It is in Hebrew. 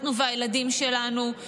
אנחנו והילדים שלנו,